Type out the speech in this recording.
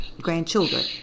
grandchildren